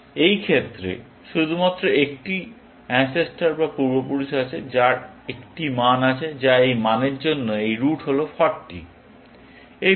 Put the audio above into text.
এই ক্ষেত্রে শুধুমাত্র একটি আনসেস্টর আছে যার একটি মান আছে যা এই মানের জন্য এই রুট হল 40